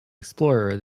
explorer